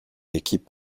équipe